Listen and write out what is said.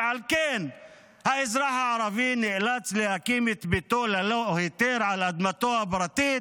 ועל כן האזרח הערבי נאלץ להקים את ביתו ללא היתר על אדמתו הפרטית.